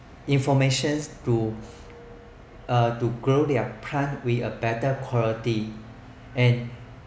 information to uh to grow their plant with a better quality